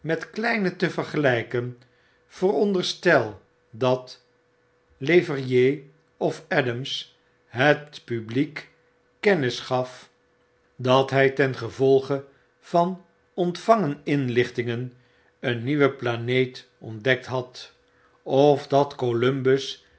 met kleine te vergelyken veronderstel dat levkrhier of adams het publik kennis ga f dat hij ten gevolge van ontvangen inlichtingen een nieuwe planeet ontdekt had of dat columbus